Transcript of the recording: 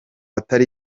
atari